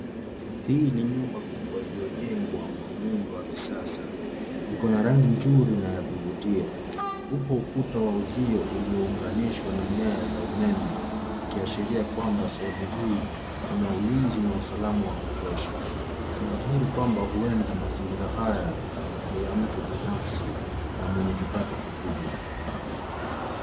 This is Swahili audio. Hii ni nyumba kubwa iliyojengwa kwa muundo wa kisasa. Iko na rangi nzuri na ya kuvutia. Huku ukuta wa uzio uliounganishwa na nyaya za umeme. Ikiashiria kwamba sehemu hii kuna ulinzi na usalama wa kutosha. Ni dhahiri kwamba huenda mazingira haya ni ya mtu binafsi na mwenye kipato kikubwa.